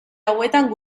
hauetan